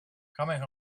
coming